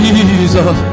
Jesus